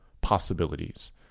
possibilities